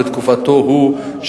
בתקופתו-הוא,